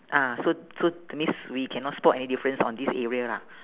ah so so that means we cannot spot any difference on this area lah